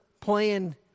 playing